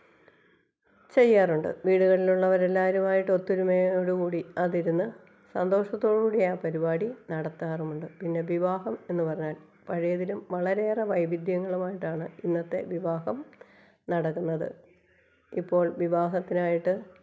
ചെയ്യാറുണ്ട് വീടുകളിലുള്ളവരെല്ലാരുമാ യിട്ട് ഒത്തൊരുമയോടുകൂടി അതിരുന്ന് സന്തോഷത്തോടുകൂടി ആ പരിപാടി നടത്താറുമുണ്ട് പിന്നെ വിവാഹം എന്ന് പറഞ്ഞാല് പഴയതിലും വളരെയേറെ വൈവിധ്യങ്ങളുമായിട്ടാണ് ഇന്നത്തെ വിവാഹം നടക്കുന്നത് ഇപ്പോള് വിവാഹത്തിനായിട്ട്